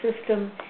system